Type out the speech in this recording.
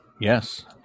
Yes